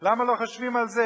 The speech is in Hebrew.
למה לא חושבים על זה?